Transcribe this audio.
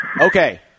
Okay